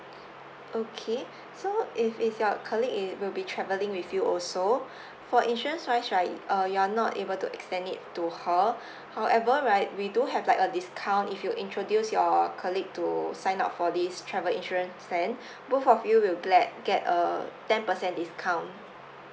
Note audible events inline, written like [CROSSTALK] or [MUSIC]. okay so if is your colleague it will be travelling with you also for insurance wise right uh you are not able to extend it to her [BREATH] however right we do have like a discount if you introduce your colleague to sign up for this travel insurance plan [BREATH] both of you will get a ten percent discount